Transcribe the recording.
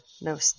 no